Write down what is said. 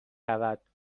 رود